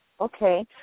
Okay